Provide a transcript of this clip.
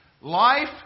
life